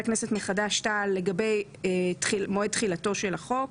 כנסת מחד"ש-תע"ל לגבי מועד תחילתו של החוק.